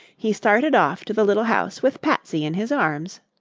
he started off to the little house with patsy in his arms.